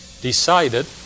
decided